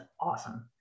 awesome